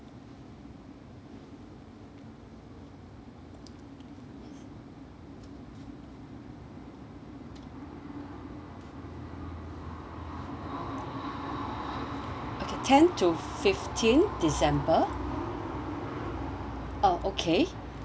okay ten to fifteen december uh okay